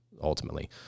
ultimately